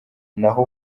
naho